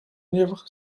livre